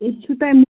أسۍ چھُو تۄہہِ